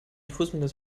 fusselndes